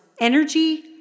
Energy